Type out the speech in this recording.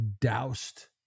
doused